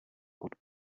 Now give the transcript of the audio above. pod